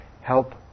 help